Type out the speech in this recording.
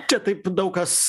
čia taip daug kas